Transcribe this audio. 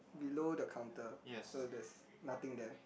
below the counter so there is nothing there